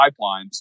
pipelines